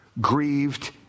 grieved